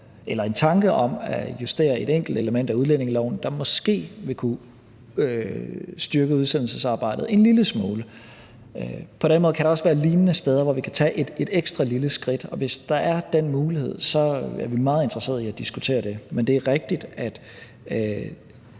eller en tanke om at justere et enkelt element i udlændingeloven, som måske vil kunne styrke udsendelsesarbejdet en lille smule. På den måde kan der være lignende steder, hvor vi kan tage et ekstra lille skridt, og hvis der er den mulighed, er vi meget interesserede i at diskutere det. Men det er rigtigt, at